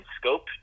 scope